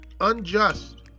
unjust